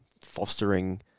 fostering